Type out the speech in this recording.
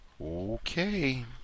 okay